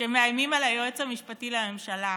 כשמאיימים על היועץ המשפטי לממשלה,